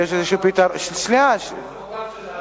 בעת השבעת הממשלה,